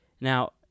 Now